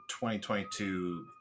2022